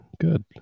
Good